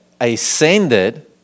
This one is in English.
ascended